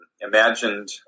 imagined